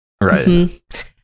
Right